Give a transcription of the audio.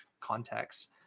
contexts